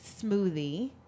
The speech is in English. smoothie